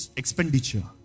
expenditure